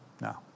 No